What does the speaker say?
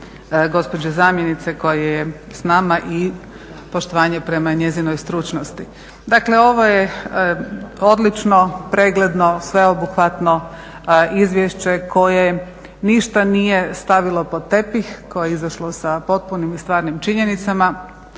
gospođe zamjenice koja je s nama i poštovanje prema njezinoj stručnosti. Dakle ovo je odlično, pregledno, sveobuhvatno izvješće koje ništa nije stavilo pod tepih, koje je izašlo sa potpunim i stvarnim činjenicama,